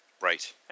right